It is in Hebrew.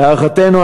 להערכתנו,